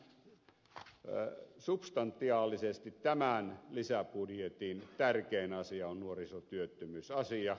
sitten substantiaalisesti tämän lisäbudjetin tärkein asia on nuorisotyöttömyysasia